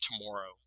tomorrow